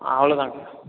அவ்வளோ தாங்க